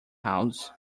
house